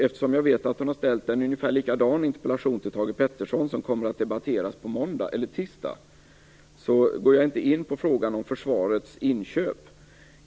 Eftersom jag vet att hon har ställt ungefär samma interpellation till Thage G Peterson, som kommer att debatteras på tisdag, går jag inte in på frågan om försvarets inköp.